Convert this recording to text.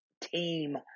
team